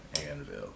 Anvil